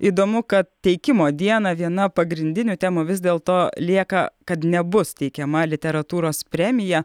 įdomu kad teikimo dieną viena pagrindinių temų vis dėlto lieka kad nebus teikiama literatūros premija